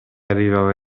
arrivava